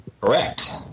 Correct